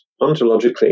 ontologically